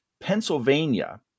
Pennsylvania